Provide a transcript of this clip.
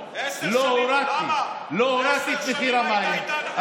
לא הורדתי את מחיר המים,